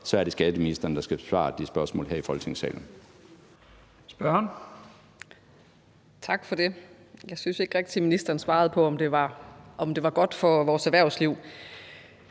er det skatteministeren, der skal besvare det spørgsmål her i Folketingssalen.